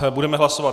Budeme hlasovat.